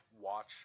watch